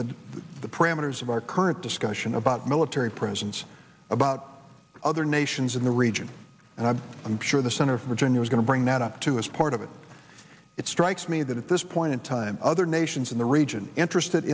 the parameters of our current discussion about military presence about other nations in the region and i'm i'm sure the center for jr is going to bring that up too as part of it it strikes me that at this point in time other nations in the region interested